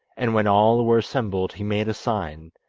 and when all were assembled he made a sign,